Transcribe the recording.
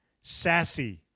sassy